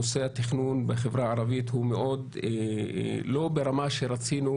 נושא התכנון בחברה הערבית הוא לא ברמה שרצינו,